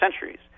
centuries